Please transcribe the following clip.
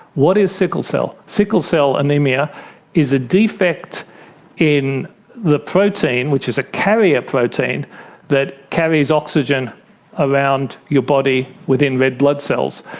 what is sickle cell? sickle cell anaemia is a defect in the protein which is a carrier protein that carries oxygen around your body within red blood cells.